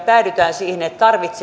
päädytään siihen että lapsi tarvitsee